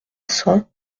cents